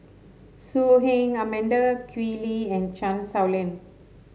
So Heng Amanda Koe Lee and Chan Sow Lin